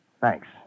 Thanks